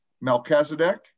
Melchizedek